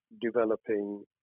developing